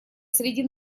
среди